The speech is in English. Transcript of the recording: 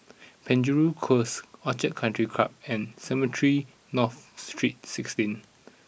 Penjuru Close Orchid Country Club and Cemetry North Street sixteen